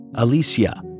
Alicia